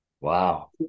Wow